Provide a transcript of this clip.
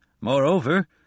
Moreover